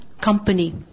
company